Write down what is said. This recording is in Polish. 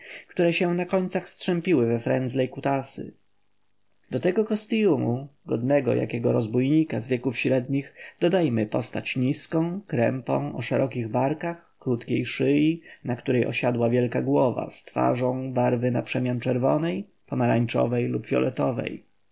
które się na końcach strzępiły we frendzle i kutasy do tego kostyumu godnego jakiego rozbójnika z wieków średnich dodajmy postać nizką krępą o szerokich barach krótkiej szyi na której osiadła wielka głowa z twarzą barwy naprzemian czerwonej pomarańczowej lub fioletowej